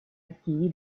archivi